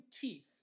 teeth